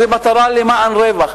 זה מטרה למען רווח.